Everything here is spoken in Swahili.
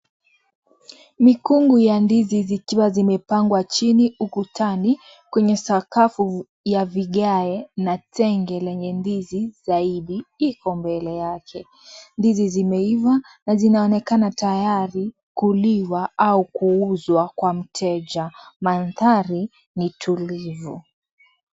Mikungu ya ndizi zikiwa zimepangwa chini ukutani kwenye sakafu ya vigae na tenge lenye ndizi zaidi iko mbele yake ndizi zimeiva na zinaonekana tayari kuliwa au kuuzwa kwa mteja mandhari ni tulivu.